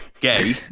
gay